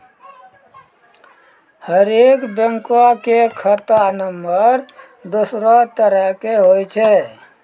हरेक बैंको के खाता नम्बर दोसरो तरह के होय छै